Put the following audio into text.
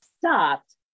stopped